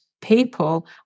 people